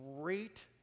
great